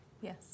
yes